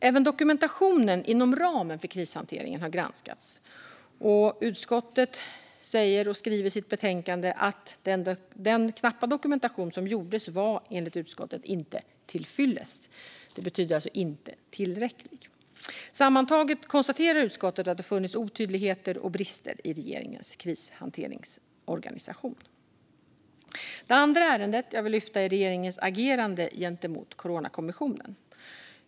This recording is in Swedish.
Även dokumentationen inom ramen för krishanteringen har granskats. Utskottet skriver i betänkandet att den knappa dokumentation som gjordes enligt utskottet inte var till fyllest. Det betyder alltså inte tillräcklig. Sammantaget konstaterar utskottet att det har funnits otydligheter och brister i regeringens krishanteringsorganisation. Det andra ärendet jag vill lyfta fram är regeringens agerande gentemot Coronakommissionen.